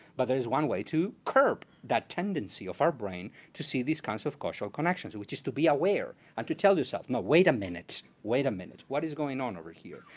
but there is one way to curb that tendency of our brain to see these kinds of causal connections, which is to be aware, and to tell yourself no wait a minute. wait a minute. what is going on over here?